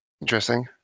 Interesting